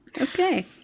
Okay